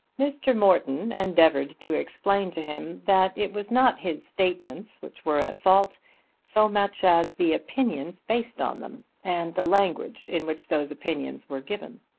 mr. morton endeavoured to explain to him that it was not his statements which were at fault so much as the opinions based on them and the language in which those opinions were given.